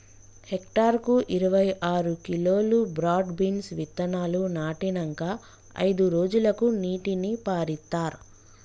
hectare కు ఇరవై ఆరు కిలోలు బ్రాడ్ బీన్స్ విత్తనాలు నాటినంకా అయిదు రోజులకు నీటిని పారిత్తార్